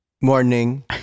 Morning